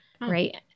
right